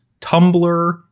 Tumblr